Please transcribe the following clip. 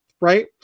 Right